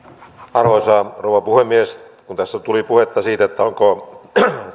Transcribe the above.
arvoisa rouva puhemies kun tässä nyt tuli puhetta siitä onko